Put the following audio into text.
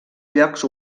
llocs